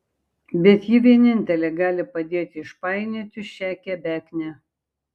bet ji vienintelė gali padėti išpainioti šią kebeknę